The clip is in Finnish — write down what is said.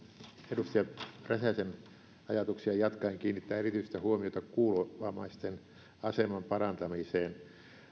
edustaja räsäsen ajatuksia jatkaen kiinnittää erityistä huomiota kuulovammaisten aseman parantamiseen